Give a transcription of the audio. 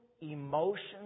emotions